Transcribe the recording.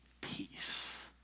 peace